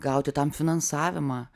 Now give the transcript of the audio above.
gauti tam finansavimą